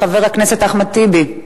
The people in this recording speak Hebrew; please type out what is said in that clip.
חבר הכנסת אחמד טיבי,